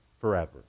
forever